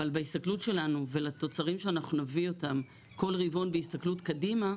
אבל בהסתכלות שלנו ולתוצרים שאנחנו נביא אותם כל רבעון בהסתכלות קדימה,